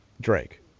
Drake